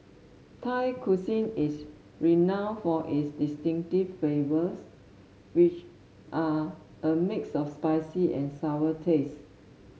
thai cuisine is renowned for its distinctive flavors which are a mix of spicy and sour tastes